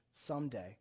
someday